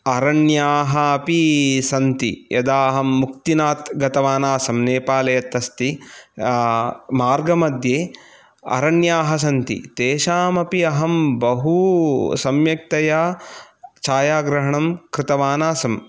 अरण्याः अपि सन्ति यदा अहं मुक्तिनाथ् गतवान् आसम् नेपाले यत् अस्ति मार्गमध्ये आरण्याः सन्ति तेषाम् अपि अहं बहु सम्यक्तया छायाग्रहणं कृतवान् आसम्